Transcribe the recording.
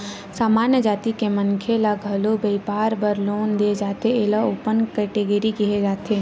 सामान्य जाति के मनखे ल घलो बइपार बर लोन दे जाथे एला ओपन केटेगरी केहे जाथे